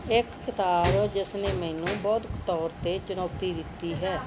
ਇੱਕ ਕਿਤਾਬ ਜਿਸ ਨੇ ਮੈਨੂੰ ਬੌਧਿਕ ਤੌਰ 'ਤੇ ਚੁਣੌਤੀ ਦਿੱਤੀ ਹੈ